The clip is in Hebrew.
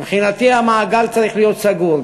מבחינתי המעגל צריך להיות סגור.